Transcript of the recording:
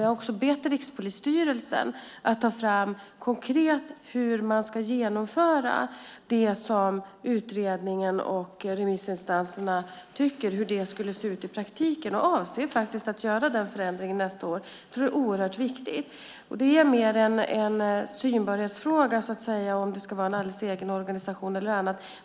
Jag har också bett Rikspolisstyrelsen att ta fram hur man konkret ska genomföra det som utredningen och remissinstanserna föreslår, hur det skulle se ut i praktiken. Jag avser faktiskt att göra den förändringen nästa år. Det är, så att säga, mer en synbarhetsfråga om det ska vara en alldeles egen organisation eller inte.